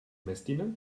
messdiener